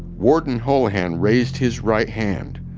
warden holohan raised his right hand,